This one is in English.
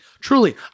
truly